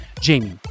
jamie